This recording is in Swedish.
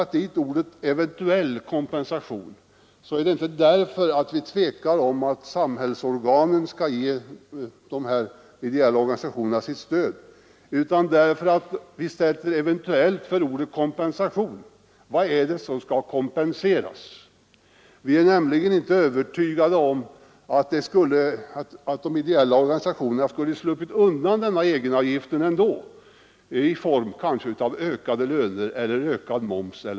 Att vi har skrivit ”eventuell kompensation” beror inte på att vi är tveksamma om huruvida samhällsorganen skall ge de ideella organisationerna sitt stöd. Vi har skrivit ”eventuell kompensation”, därför att vi frågar oss: Vad är det som skall kompenseras? Vi är nämligen inte övertygade om att de ideella organisationerna skulle ha sluppit undan denna egenavgift i form av ökade löner eller ökad moms.